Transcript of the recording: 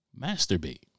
Masturbate